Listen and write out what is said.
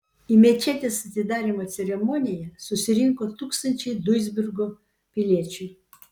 į mečetės atidarymo ceremoniją susirinko tūkstančiai duisburgo piliečių